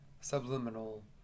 subliminal